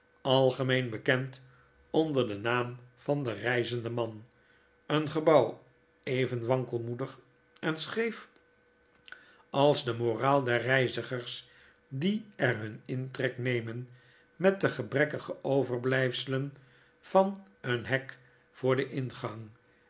algemeen bekend onder den naam van de keizende man een gebouw even wankelmoedig en scheef als de moraal der reizigers die er hun intrek nemen metde gebrekkige overblgfselen van een hek voor den ingang